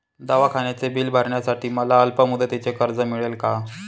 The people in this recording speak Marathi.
दवाखान्याचे बिल भरण्यासाठी मला अल्पमुदतीचे कर्ज मिळेल का?